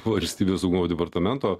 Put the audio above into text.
valstybės saugumo departamento